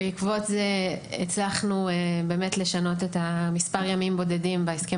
בעקבות זה הצלחנו לשנות את מספר הימים הבודדים בהסכם